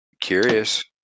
Curious